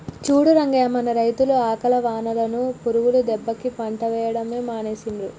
చూడు రంగయ్య మన రైతులు అకాల వానలకు పురుగుల దెబ్బకి పంట వేయడమే మానేసిండ్రు